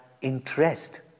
interest